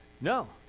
No